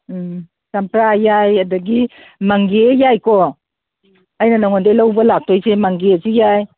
ꯎꯝ ꯆꯝꯄ꯭ꯔꯥ ꯌꯥꯏ ꯑꯗꯒꯤ ꯃꯪꯒꯦ ꯌꯥꯏꯀꯣ ꯑꯩꯅ ꯅꯪꯉꯣꯟꯗꯒꯤ ꯂꯧꯕ ꯂꯥꯛꯇꯣꯏꯁꯦ ꯃꯪꯒꯦꯁꯨ ꯌꯥꯏ